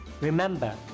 Remember